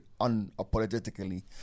unapologetically